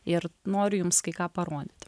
ir noriu jums kai ką parodyti